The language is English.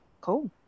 Cool